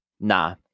Nah